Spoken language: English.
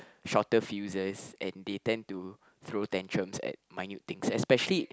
shorter fuses and they tend to throw tantrums at minute things especially